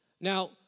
Now